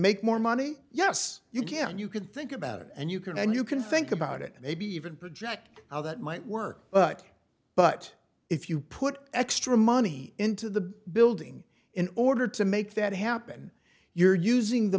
make more money yes you can you can think about it and you can and you can think about it and maybe even project how that might work but but if you put extra money into the building in order to make that happen you're using the